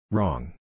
Wrong